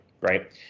right